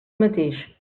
mateix